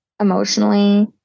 emotionally